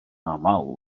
aml